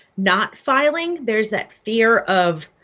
not filing there's that fear of,